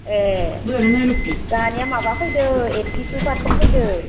ए जोंहानिया माबा फैदों एइदटिटु पारसेन्ट फैदों